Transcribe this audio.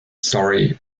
story